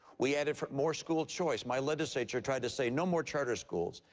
we added more school choice. my legislature tried to say no more charter schools.